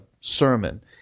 sermon